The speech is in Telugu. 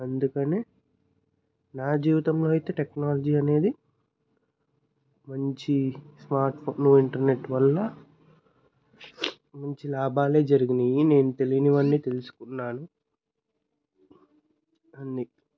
అందుకని నా జీవితంలో అయితే టెక్నాలజీ అనేది మంచి స్మార్ట్ ఫోన్ ఇంటర్నెట్ వల్ల మంచి లాభాలే జరిగినయి నేను తెలియనివన్నీ తెలుసుకున్నాను అన్ని